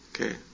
Okay